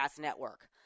network